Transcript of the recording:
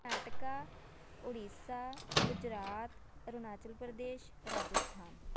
Karnataka Odisha Gujarat Arunachal Pradesh Rajasthan